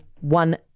one